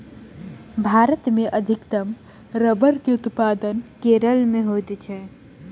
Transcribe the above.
भारत मे अधिकतम रबड़ के उत्पादन केरल मे होइत अछि